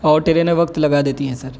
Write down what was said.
اور ٹرینیں وقت لگا دیتی ہیں سر